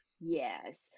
yes